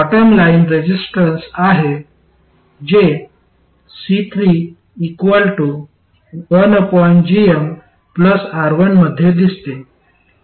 bottom line resistance आहे जे C3 R1 मध्ये दिसते